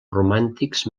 romàntics